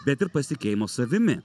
bet ir pasitikėjimo savimi